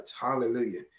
Hallelujah